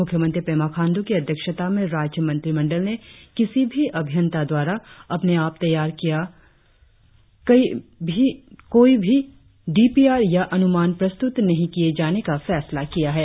मुख्यमंत्री पेमा खाण्डू की अध्यक्षता में राज्य मंत्रिमंडल ने किसी भी अभियंता द्वारा अपने आप तैयार किया कई भी डी पी आर या अनुंमान प्रस्तुत नहीं किये जाने का फैसला किया है